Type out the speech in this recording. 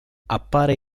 appare